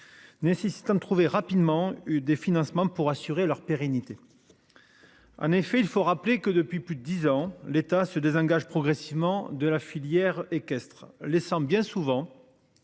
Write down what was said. Nécessitant trouver rapidement eu des financements pour assurer leur pérennité. En effet, il faut rappeler que depuis plus de 10 ans, l'État se désengage progressivement de la filière équestre laissant bien souvent.